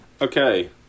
Okay